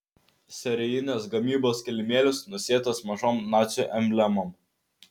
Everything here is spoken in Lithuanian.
serijinės gamybos kilimėlis nusėtas mažom nacių emblemom